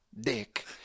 dick